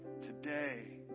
today